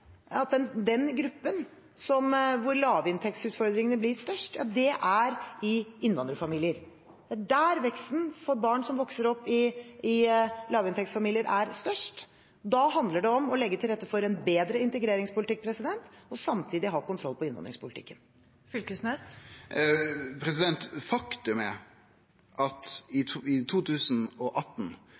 at den gruppen som har de største lavinntektsutfordringene, er innvandrerfamilier. Det er der veksten for barn som vokser opp i lavinntektsfamilier, er størst. Da handler det om å legge til rette for en bedre integreringspolitikk og samtidig ha kontroll på innvandringspolitikken. Det åpnes for oppfølgingsspørsmål – først Torgeir Knag Fylkesnes. Faktum er at i 2018 var det 130 yrke, heilt vanlege yrke i